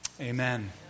amen